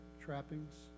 trappings